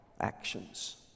actions